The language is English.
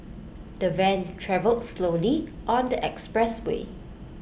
the van travelled slowly on the expressway